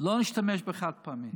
שלא נשתמש בחד-פעמי.